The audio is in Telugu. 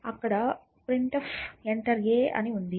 అక్కడ printf enter a అని ఉంది